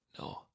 no